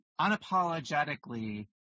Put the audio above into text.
unapologetically